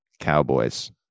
cowboys